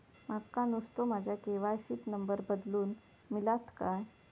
माका नुस्तो माझ्या के.वाय.सी त नंबर बदलून मिलात काय?